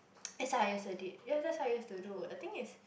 that's what I used to did ya that's what I used to do the thing is